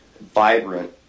vibrant